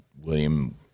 William